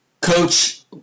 Coach